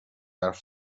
حرف